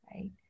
right